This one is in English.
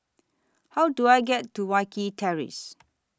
How Do I get to Wilkie Terrace